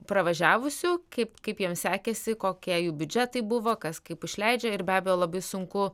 pravažiavusių kaip kaip jiems sekėsi kokie jų biudžetai buvo kas kaip išleidžia ir be abejo labai sunku